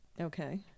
Okay